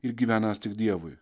ir gyvenąs tik dievui